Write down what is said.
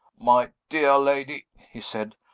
my dear lady, he said,